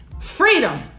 Freedom